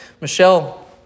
Michelle